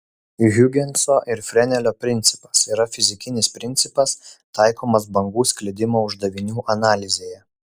hiugenso ir frenelio principas yra fizikinis principas taikomas bangų sklidimo uždavinių analizėje